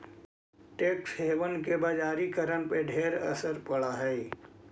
tax haven के बजारिकरण पर ढेर असर पड़ हई